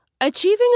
Achieving